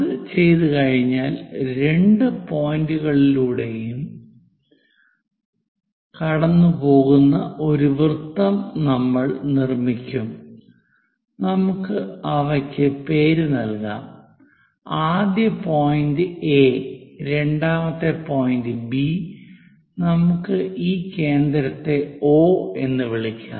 അത് ചെയ്തുകഴിഞ്ഞാൽ രണ്ട് പോയിന്റുകളിലൂടെയും കടന്നുപോകുന്ന ഒരു വൃത്തം നമ്മൾ നിർമ്മിക്കും നമുക്ക് അവയ്ക്ക് പേര് നൽകാം ആദ്യ പോയിന്റ് എ രണ്ടാമത്തെ പോയിന്റ് ബി നമുക്ക് ഈ കേന്ദ്രത്തെ ഒ എന്ന് വിളിക്കാം